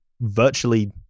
virtually